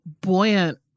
buoyant